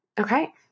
Okay